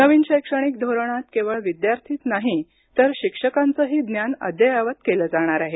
नवीन शैक्षणिक धोरणात केवळ विद्यार्थीच नाही तर शिक्षकांचेही ज्ञान अद्ययावत केले जाणार आहे